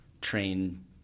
train